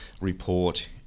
report